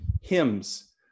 hymns